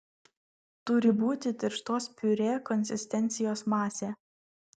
turi būti tirštos piurė konsistencijos masė